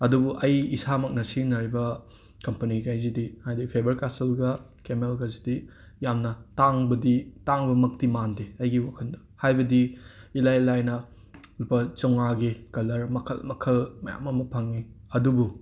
ꯑꯗꯨꯕꯨ ꯑꯩ ꯏꯁꯥꯃꯛꯅ ꯁꯤꯖꯤꯟꯅꯔꯤꯕ ꯀꯝꯄꯅꯤꯈꯩꯁꯤꯗꯤ ꯍꯥꯏꯗꯤ ꯐꯦꯕꯔ ꯀꯥꯁꯜꯒ ꯀꯦꯃꯦꯜꯒꯁꯤꯗꯤ ꯌꯥꯝꯅ ꯇꯥꯡꯕꯗꯤ ꯇꯥꯡꯕꯃꯛꯇꯤ ꯃꯥꯟꯗꯦ ꯑꯩꯒꯤ ꯋꯥꯈꯟꯗ ꯍꯥꯏꯕꯗꯤ ꯏꯂꯥꯏ ꯂꯥꯏꯅ ꯂꯨꯄꯥ ꯆꯧꯉꯥꯒꯤ ꯀꯂꯔ ꯃꯈꯜ ꯃꯈꯜ ꯃꯌꯥꯝ ꯑꯃ ꯐꯪꯉꯤ ꯑꯗꯨꯕꯨ